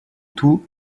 tout